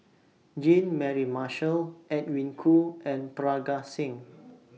Jean Mary Marshall Edwin Koo and Parga Singh